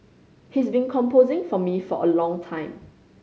he's been composing for me for a long time